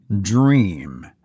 dream